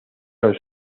los